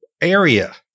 area